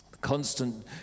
constant